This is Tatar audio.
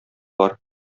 бар